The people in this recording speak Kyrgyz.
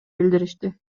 билдиришти